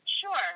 Sure